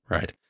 Right